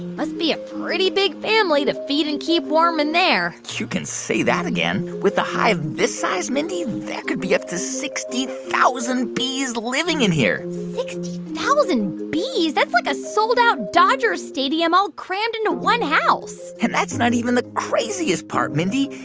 must be a pretty big family to feed and keep warm in there you can say that again. with a hive this size, mindy, there could be up to sixty thousand bees living in here sixty thousand bees? that's like a sold-out dodger stadium all crammed into one house and that's not even the craziest part, mindy.